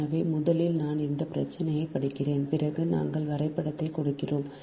எனவே முதலில் நான் இந்தப் பிரச்சினையைப் படிக்கிறேன் பிறகு நாங்கள் வரைபடத்தைக் கொடுக்கிறோம்